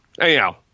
anyhow